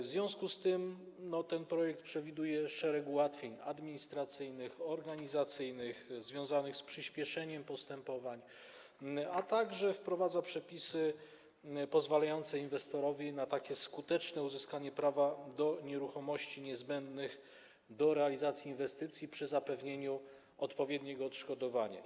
W związku z tym ten projekt przewiduje szereg ułatwień administracyjnych, organizacyjnych, związanych z przyspieszeniem postępowań, a także wprowadza przepisy pozwalające inwestorowi na skuteczne uzyskanie prawa do nieruchomości, niezbędne do realizacji inwestycji, przy zapewnieniu odpowiedniego odszkodowania.